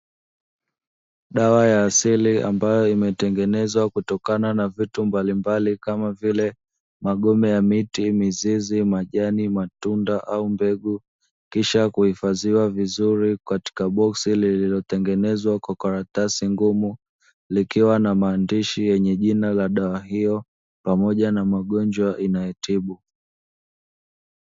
Dawa ya asili ambayo imetengenezwa kutokana na vitu mbalimbali kama vile: magome ya miti, mizizi, majani, matunda au mbegu; kisha kuhifadhiwa vizuri katika boksi lililotengenezwa kwa karatasi ngumu, likiwa na maandishi yenye jina la dawa hiyo pamoja na magonjwa inayotibu.